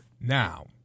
Now